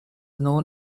known